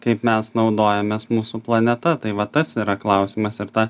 kaip mes naudojamės mūsų planeta tai va tas yra klausimas ir ta